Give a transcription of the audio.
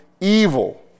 evil